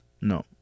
No